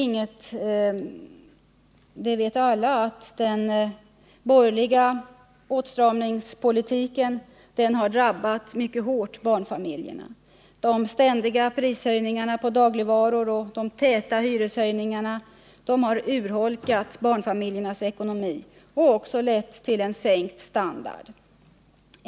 Alla vet att den borgerliga åtstramningspolitiken mycket hårt har drabbat barnfamiljerna. De ständiga prishöjningarna på dagligvaror och de täta hyreshöjningarna har urholkat deras ekonomi och lett till en sänkt standard.